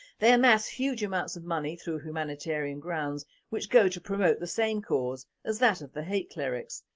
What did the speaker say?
they amass huge amounts of money through humanitarian grounds which go to promote the same cause as that of the hate clerics,